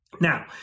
Now